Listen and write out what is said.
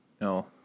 No